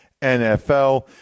NFL